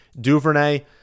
DuVernay